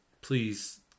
please